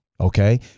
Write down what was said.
Okay